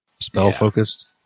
spell-focused